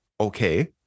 okay